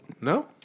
no